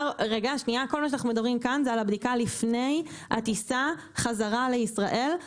כל מה שאנחנו מדברים כאן זה על הבדיקה לפני הטיסה חזרה לישראל.